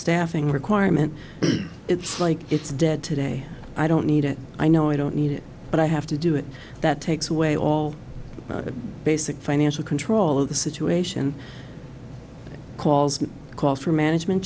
staffing requirement it's like it's dead today i don't need it i know i don't need it but i have to do it that takes away all the basic financial control of the situation calls me call for management